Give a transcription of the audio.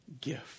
gift